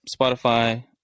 Spotify